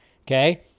Okay